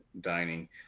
dining